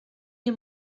nie